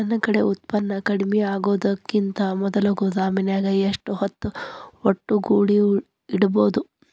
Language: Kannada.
ನನ್ ಕಡೆ ಉತ್ಪನ್ನ ಕಡಿಮಿ ಆಗುಕಿಂತ ಮೊದಲ ಗೋದಾಮಿನ್ಯಾಗ ಎಷ್ಟ ಹೊತ್ತ ಒಟ್ಟುಗೂಡಿ ಇಡ್ಬೋದು?